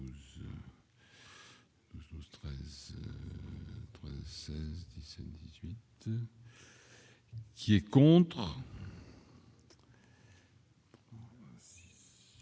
Qui est contre.